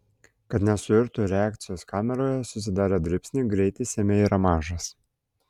kad nesuirtų reakcijos kameroje susidarę dribsniai greitis jame yra mažas